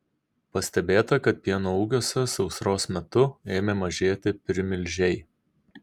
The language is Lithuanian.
pastebėta kad pieno ūkiuose sausros metu ėmė mažėti primilžiai